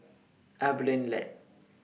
Evelyn Lip